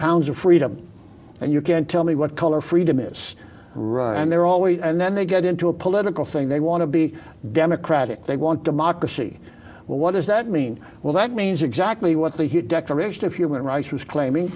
pounds of freedom and you can't tell me what color freedom is and they're always and then they get into a political saying they want to be democratic they want democracy but what does that mean well that means exactly what the declaration of human rights was claiming